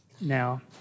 now